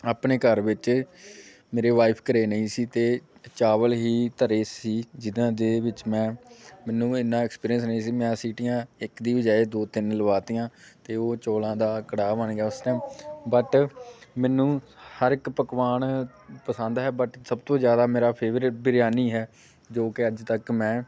ਆਪਣੇ ਘਰ ਵਿੱਚ ਮੇਰੇ ਵਾਈਫ ਘਰ ਨਹੀਂ ਸੀ ਅਤੇ ਚਾਵਲ ਹੀ ਧਰੇ ਸੀ ਜਿਨ੍ਹਾਂ ਦੇ ਵਿੱਚ ਮੈਂ ਮੈਨੂੰ ਇੰਨਾ ਐਕਸਪੀਰੀਅੰਸ ਨਹੀਂ ਸੀ ਮੈਂ ਸੀਟੀਆਂ ਇੱਕ ਦੀ ਬਜਾਏ ਦੋ ਤਿੰਨ ਲਵਾ ਤੀਆਂ ਅਤੇ ਉਹ ਚੋਲਾਂ ਦਾ ਕੜਾਹ ਬਣ ਗਿਆ ਉਸ ਟਾਈਮ ਬਟ ਮੈਨੂੰ ਹਰ ਇੱਕ ਪਕਵਾਨ ਪਸੰਦ ਹੈ ਬਟ ਸਭ ਤੋਂ ਜ਼ਿਆਦਾ ਮੇਰਾ ਫੇਵਰੇਟ ਬਰਿਆਨੀ ਹੈ ਜੋ ਕਿ ਅੱਜ ਤੱਕ ਮੈਂ